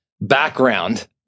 background